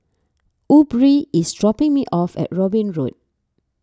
Aubree is dropping me off at Robin Road